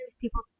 people